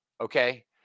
Okay